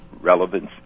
relevance